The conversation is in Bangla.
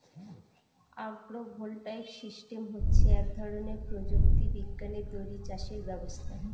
আগ্র ভোল্টাইক সিস্টেম হচ্ছে এক ধরনের প্রযুক্তি বিজ্ঞানে তৈরী চাষের ব্যবস্থা